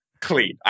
clean